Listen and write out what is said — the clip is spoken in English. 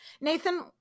Nathan